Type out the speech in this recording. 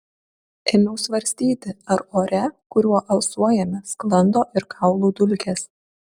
ėmiau svarstyti ar ore kuriuo alsuojame sklando ir kaulų dulkės